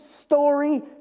story